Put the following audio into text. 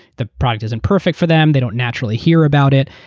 the product isn't perfect for them. they don't naturally hear about it.